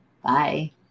Bye